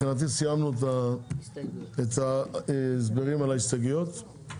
תנו לי להשלים את הדברים, בבקשה.